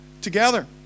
together